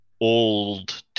old